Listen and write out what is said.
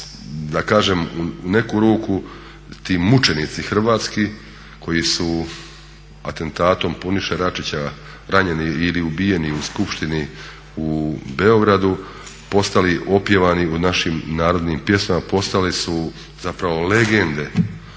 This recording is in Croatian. da kažem u neku ruku ti mučenici hrvatski koji su atentatom Puniše Račića ranjeni ili ubijeni u skupštini u Beogradu postali opjevani u našim narodnim pjesmama. Postali su zapravo legende.